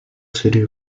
city